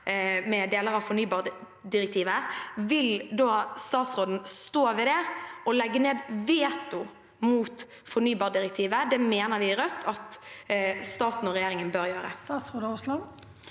med deler av fornybardirektivet, vil statsråden stå ved det og legge ned veto mot fornybardirektivet? Det mener vi i Rødt at staten og regjeringen bør gjøre. Statsråd Terje